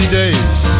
days